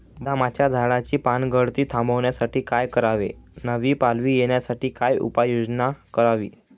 बदामाच्या झाडाची पानगळती थांबवण्यासाठी काय करावे? नवी पालवी येण्यासाठी काय उपाययोजना करावी?